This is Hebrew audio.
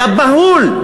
היה בהול,